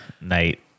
night